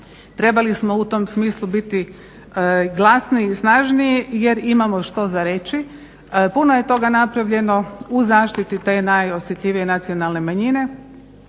trebali smo u tom smislu biti glasni i snažniji jer imamo što za reći. Puno je toga napravljeno u zaštiti te najosjetljivije nacionalne manjine,